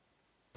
Hvala.